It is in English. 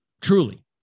Truly